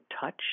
touch